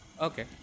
Okay